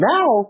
Now